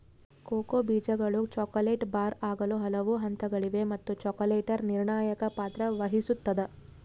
cocoa ಬೀಜಗಳು chocolate bar ಆಗಲು ಹಲವು ಹಂತಗಳಿವೆ ಮತ್ತು ಚಾಕೊಲೇಟರ್ ನಿರ್ಣಾಯಕ ಪಾತ್ರ ವಹಿಸುತ್ತದ